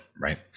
Right